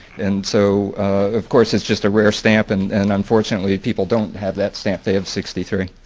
and so of course it's just a rare stamp and and unfortunately people don't have that stamp. they have sixty three.